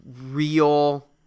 real